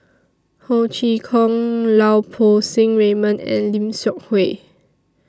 Ho Chee Kong Lau Poo Seng Raymond and Lim Seok Hui